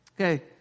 Okay